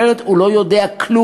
אחרת הוא לא יודע כלום.